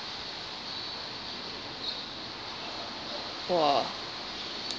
!wah!